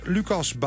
Lucas